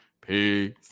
Peace